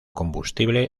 combustible